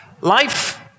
Life